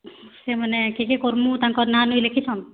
ସେମାନେ କିଏ କିଏ କର୍ମୁ ତାଙ୍କର୍ ନାଁ'ନୁଇ ଲେଖିଛନ୍